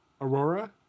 Aurora